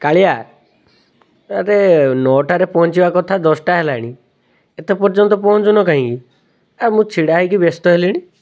କାଳିଆ ଆରେ ନଅଟାରେ ପହଞ୍ଚିବା କଥା ଦଶଟା ହେଲାଣି ଏତେ ପର୍ଯ୍ୟନ୍ତ ପହଞ୍ଚୁନ କାହିଁକି ମୁଁ ଛିଡ଼ା ହେଇକି ବ୍ୟସ୍ତ ହେଲିଣି